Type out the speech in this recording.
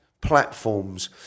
platforms